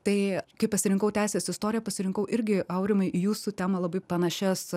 tai kaip pasirinkau teisės istoriją pasirinkau irgi aurimai į jūsų temą labai panašias